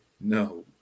no